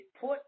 put